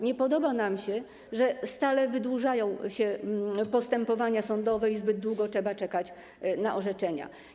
Nie podoba nam się, że stale wydłużają się postępowania sądowe i zbyt długo trzeba czekać na orzeczenia.